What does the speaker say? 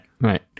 right